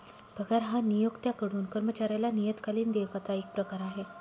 पगार हा नियोक्त्याकडून कर्मचाऱ्याला नियतकालिक देयकाचा एक प्रकार आहे